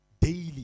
daily